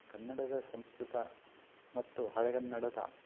ಕನ್ನಡದ ಸಂಸ್ಕೃತ ಮತ್ತು ಹಳೆಗನ್ನಡದ